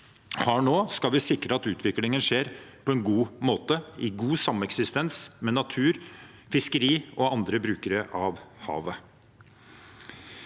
har nå, skal vi sikre at utviklingen skjer på en god måte, i god sameksistens med natur, fiskeri og andre brukere av havet.